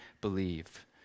believe